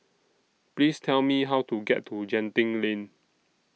Please Tell Me How to get to Genting Lane